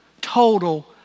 total